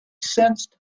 sensed